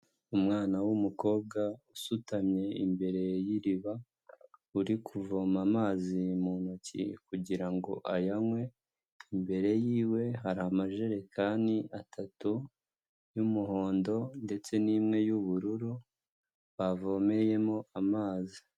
Umwana w'umukobwa usutamye imbere y'iriba uri kuvoma amazi mu ntoki kugira ngo ayanywe, imbere y'iwe hari amajerekani atatu y'umuhondo ndetse n'imwe y'ubururu bavomeyemo amazi.